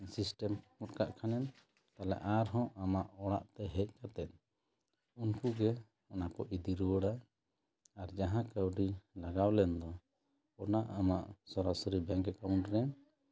system ᱜᱚᱫ ᱠᱟᱜ ᱠᱷᱟᱱᱮᱢ ᱛᱟᱦᱚᱞᱮ ᱟᱨᱦᱚᱸ ᱟᱢᱟᱜ ᱚᱲᱟᱜ ᱛᱮ ᱦᱮᱡ ᱠᱟᱛᱮ ᱩᱱᱠᱩ ᱜᱮ ᱚᱱᱟ ᱠᱚ ᱤᱫᱤ ᱨᱩᱭᱟᱹᱲᱟ ᱟᱨ ᱡᱟᱦᱟᱸ ᱠᱟᱹᱣᱰᱤ ᱞᱟᱜᱟᱣ ᱞᱮᱱ ᱫᱚ ᱚᱱᱟ ᱟᱢᱟᱜ ᱥᱚᱨᱟ ᱥᱚᱨᱤ ᱵᱮᱝᱠ ᱮᱠᱟᱣᱩᱱᱴ ᱨᱮ